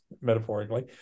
metaphorically